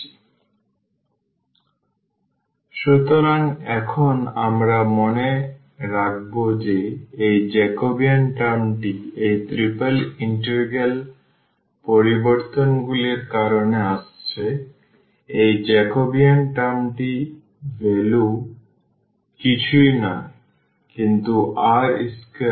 J∂x∂r ∂x∂θ ∂x∂ϕ ∂y∂r ∂y∂θ ∂y∂ϕ ∂z∂r ∂z∂θ ∂z∂ϕ sin cos rcos cos rsin sin sin sin rcos sin rsin cos cos rsin 0 সুতরাং এখন আমরা মনে রাখব যে এই Jacobian টার্মটি এই ট্রিপল ইন্টিগ্রাল পরিবর্তনগুলির কারণে আসছে এই জ্যাকোবিয়ান টার্মটির ভ্যালু কিছুই নয় কিন্তু r square sin theta